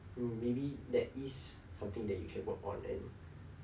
you maybe that is something that you can work on it and